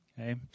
Okay